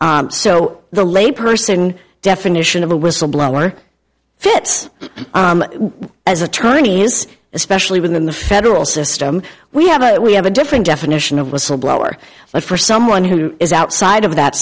another so the layperson definition of a whistleblower fits as attorneys especially within the federal system we have a we have a different definition of whistleblower but for someone who is outside of that